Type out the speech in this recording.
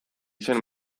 zen